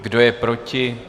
Kdo je proti?